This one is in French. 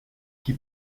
qui